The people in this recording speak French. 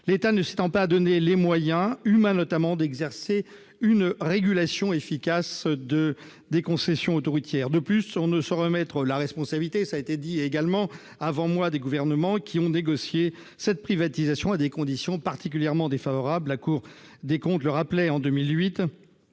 l'État ne s'étant pas donné les moyens, humains notamment, d'exercer une régulation efficace des concessions autoroutières. De plus, on ne saurait occulter la responsabilité des gouvernements ayant négocié cette privatisation à des conditions particulièrement défavorables. La Cour des comptes l'a rappelé en 2008